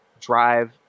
drive